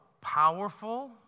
powerful